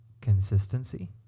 consistency